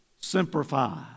Simplify